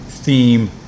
theme